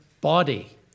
body